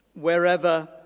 wherever